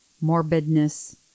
morbidness